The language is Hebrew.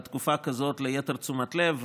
בתקופה כזאת ליתר תשומת לב ולסיוע.